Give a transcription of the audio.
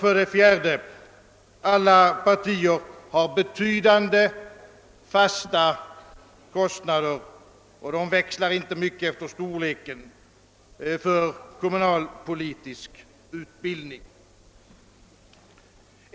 För det fjärde: alla partier har betydande kostnader, vilka inte växlar mycket efter partiernas storlek, för kommunalpolitisk utbildning.